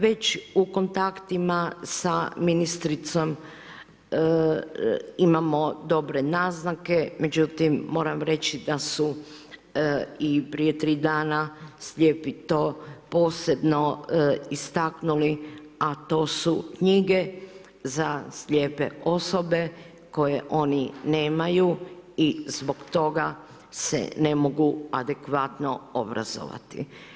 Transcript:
Već u kontaktima sa ministricom imamo dobre naznake međutim moram reći da su i prije 3 dana slijepi to posebno istaknuli a to su knjige za slijepe osobe koje oni nemaju i zbog toga se ne mogu adekvatno obrazovati.